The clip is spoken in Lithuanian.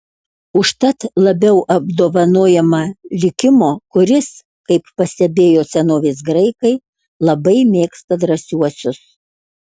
užtat labiau apdovanojama likimo kuris kaip pastebėjo senovės graikai labai mėgsta drąsiuosius